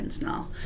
now